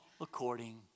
according